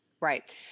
Right